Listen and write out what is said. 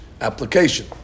application